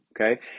okay